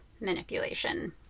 manipulation